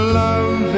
love